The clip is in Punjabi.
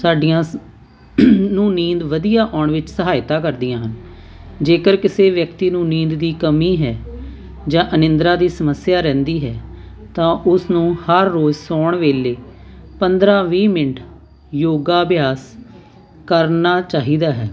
ਸਾਡੀਆਂ ਨੂੰ ਨੀਂਦ ਵਧੀਆ ਆਉਣ ਵਿੱਚ ਸਹਾਇਤਾ ਕਰਦੀਆਂ ਜੇਕਰ ਕਿਸੇ ਵਿਅਕਤੀ ਨੂੰ ਨੀਂਦ ਦੀ ਕਮੀ ਹੈ ਜਾਂ ਅਨਿੰਦਰਾ ਦੀ ਸਮੱਸਿਆ ਰਹਿੰਦੀ ਹੈ ਤਾਂ ਉਸ ਨੂੰ ਹਰ ਰੋਜ਼ ਸੌਣ ਵੇਲੇ ਪੰਦਰਾਂ ਵੀਹ ਮਿੰਟ ਯੋਗਾ ਅਭਿਆਸ ਕਰਨਾ ਚਾਹੀਦਾ ਹੈ